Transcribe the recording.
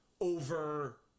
...over